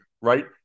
right